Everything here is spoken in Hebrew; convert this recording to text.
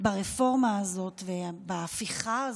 ברפורמה הזאת ובהפיכה הזאת,